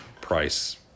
price